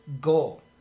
goal